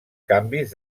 canvis